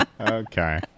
Okay